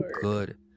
good